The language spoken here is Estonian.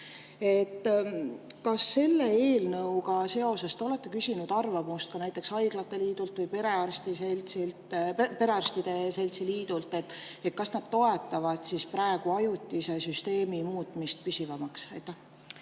Kas selle eelnõuga seoses te olete küsinud arvamust ka näiteks haiglate liidult või perearstide seltsilt, et kas nad toetavad ajutise süsteemi muutmist püsivaks? Aitäh!